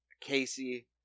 Casey